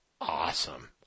awesome